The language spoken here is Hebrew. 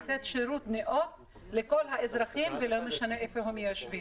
לתת שירות נאות לכל האזרחים ולא משנה איפה הם יושבים.